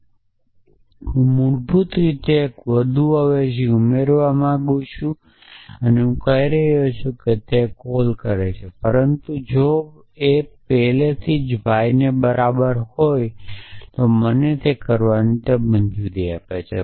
હું મૂળભૂત રીતે એક વધુ અવેજી ઉમેરવા માંગું છું જે હું કહી રહ્યો છું તે કોલ છે પરંતુ જો વાર પહેલેથી જ y ની બરાબર હોય તો મને તે કરવાની મંજૂરી છે